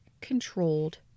controlled